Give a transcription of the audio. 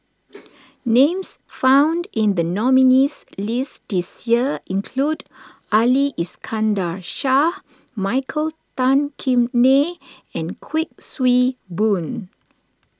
names found in the nominees' list this year include Ali Iskandar Shah Michael Tan Kim Nei and Kuik Swee Boon